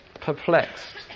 Perplexed